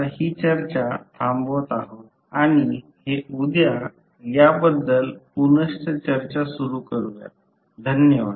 coil 2 चा coil 1 च्या संदर्भात या प्रकारे वाचले जाईल